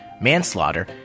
manslaughter